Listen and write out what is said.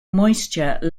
moisture